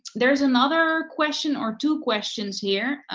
there's another question or two questions here.